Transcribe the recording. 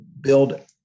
build